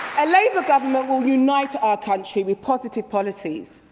a labour government will unite our country with positive policies.